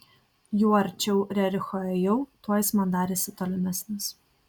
juo arčiau rericho ėjau tuo jis man darėsi tolimesnis